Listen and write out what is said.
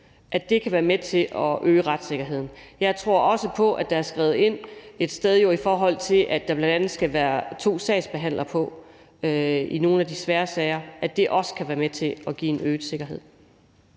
søskende, kan være med til at øge retssikkerheden. Jeg tror også på, at det, der er skrevet, ind i forhold til at der bl.a. skal være to sagsbehandlere på i nogle af de svære sager, også kan være med til at give en øget sikkerhed.